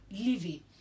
living